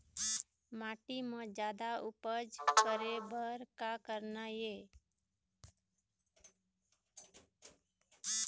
माटी म जादा उपज करे बर का करना ये?